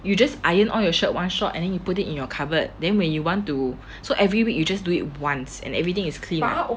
you just iron all your shirt one shot and then you put it in your cupboard then when you want to so every week you just do it once and everything is clean [what]